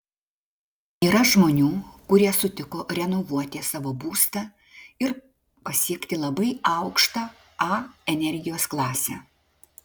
yra žmonių kurie sutiko renovuoti savo būstą ir pasiekti labai aukštą a energijos klasę